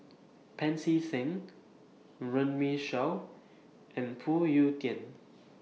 Pancy Seng Runme Shaw and Phoon Yew Tien